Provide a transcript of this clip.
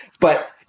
but-